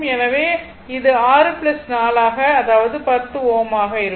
எனவே இது 6 4 ஆக அதாவது 10 Ω ஆக இருக்கும்